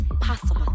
possible